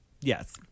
Yes